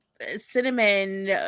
cinnamon